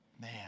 Man